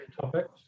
topics